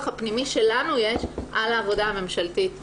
הפנימי שלנו יש על העבודה הממשלתית בנושא.